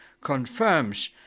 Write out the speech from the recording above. confirms